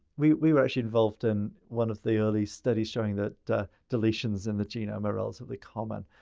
we we were actually involved in one of the early studies showing that deletions in the genome are relatively common.